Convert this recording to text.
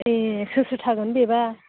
ए सोर सोर थागोन बेबा